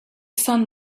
sun